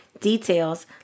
details